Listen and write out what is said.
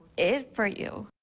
it for you?